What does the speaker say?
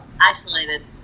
isolated